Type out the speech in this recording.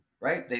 Right